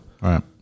right